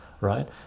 right